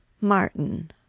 Martin